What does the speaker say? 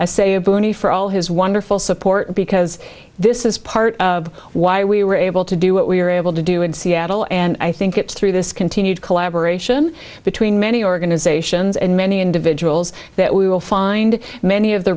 ability for all his wonderful support because this is part of why we were able to do what we were able to do in seattle and i think it's through this continued collaboration between many organizations and many individuals that we will find many of the